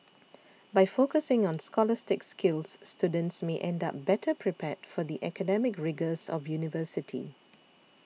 by focusing on scholastic skills students may end up better prepared for the academic rigours of university